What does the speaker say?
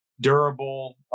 durable